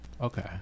okay